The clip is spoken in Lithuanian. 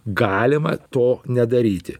galima to nedaryti